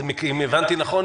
אם הבנתי נכון,